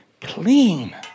clean